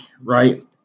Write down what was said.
right